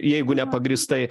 jeigu nepagrįstai